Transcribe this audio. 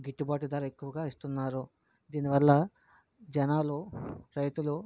గిట్టుబాటు ధర ఎక్కువుగా ఇస్తున్నారు దీని వల్ల జనాలు రైతులు